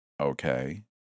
Okay